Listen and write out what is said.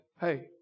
Hey